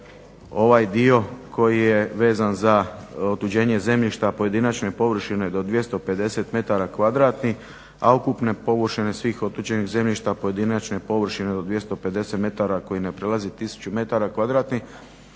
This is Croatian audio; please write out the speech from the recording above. ovaj dio koji je vezan za otuđenje zemljišta pojedinačne površine do 250 metara kvadratnih a ukupne površine svih otuđenih zemljišta pojedinačne površine do 250 metara koji ne prelazi 1000 metara kvadratnih